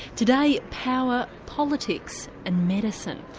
today power politics and medicine.